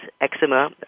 eczema